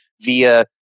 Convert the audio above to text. via